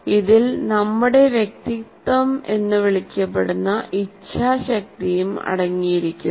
ഇതിൽ നമ്മുടെ വ്യക്തിത്വം എന്ന് വിളിക്കപ്പെടുന്ന ഇച്ഛാശക്തിയും അടങ്ങിയിരിക്കുന്നു